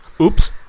oops